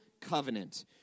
covenant